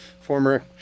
former